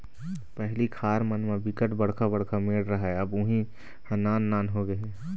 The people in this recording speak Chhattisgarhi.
पहिली खार मन म बिकट बड़का बड़का मेड़ राहय अब उहीं ह नान नान होगे हे